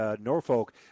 Norfolk